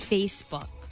Facebook